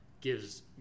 gives